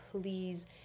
please